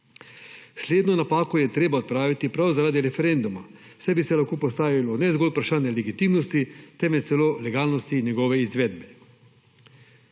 Slednjo napako je treba odpraviti prav, zaradi referenduma, saj bi se postavilo ne zgolj vprašanje legitimnosti temveč celo legalnosti in njegove izvedbe.